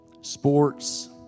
sports